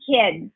kids